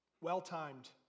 well-timed